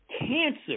cancer